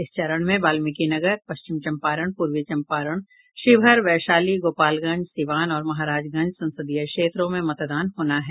इस चरण में वाल्मीकिनगर पश्चिम चंपारण पूर्वी चंपारण शिवहर वैशाली गोपालगंज सिवान और महाराजगंज संसदीय क्षेत्रों में मतदान होना है